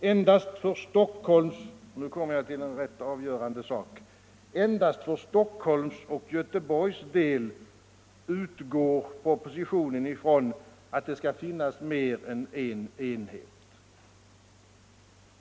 Endast för Stockholms — och nu kommer jag till en rätt avgörande sak — och Gö teborgs del utgår propositionen från att det skall finnas mer än en enhet.